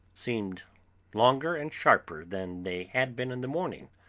seemed longer and sharper than they had been in the morning.